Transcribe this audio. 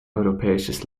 europäisches